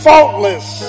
Faultless